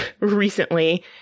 recently